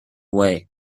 way